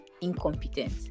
incompetent